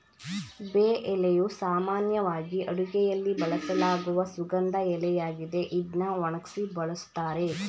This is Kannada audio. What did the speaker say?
ಬೇ ಎಲೆಯು ಸಾಮಾನ್ಯವಾಗಿ ಅಡುಗೆಯಲ್ಲಿ ಬಳಸಲಾಗುವ ಸುಗಂಧ ಎಲೆಯಾಗಿದೆ ಇದ್ನ ಒಣಗ್ಸಿ ಬಳುಸ್ತಾರೆ